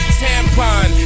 tampon